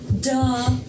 Duh